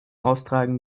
austragen